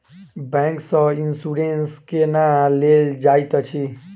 bank सँ insurance केना लेल जाइत अछि